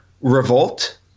Revolt